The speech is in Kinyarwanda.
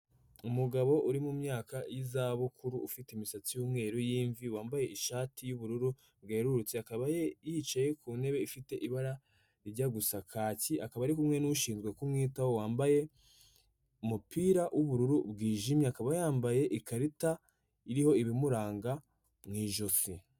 Umugabo uri mu myaka y'izabukuru, ufite imisatsi y'umweru y'imvi, wambaye ishati y'ubururu bwererutse, akaba yicaye ku ntebe ifite ibara rijya gusa kaki, akaba ari kumwe n'ushinzwe kumwitaho wambaye umupira w'ubururu bwijimye, akaba yambaye ikarita iriho ibimuranga mu ijosi.